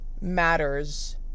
matters